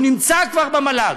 הוא נמצא כבר במל"ג,